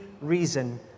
reason